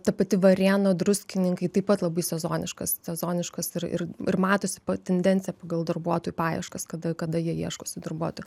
ta pati varėna druskininkai taip pat labai sezoniškas sezoniškas ir ir ir matosi pa tendencija pagal darbuotojų paieškas kada kada jie ieškosi darbuotoj